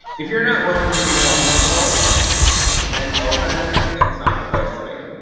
if you're not willing to be vulnerable and open it's not the place to be.